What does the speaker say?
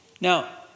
Now